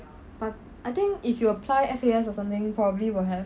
but I think if you apply F_A_S or something probably will have